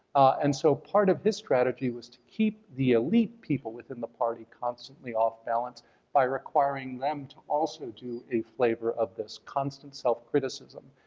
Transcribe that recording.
and so part of his strategy was to keep the elite people within the party constantly off balance by requiring them to also do a flavor of this constant self criticism.